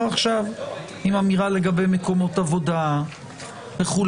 עכשיו עם אמירה לגבי מקומות עבודה וכו'.